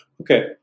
Okay